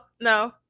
No